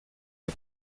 que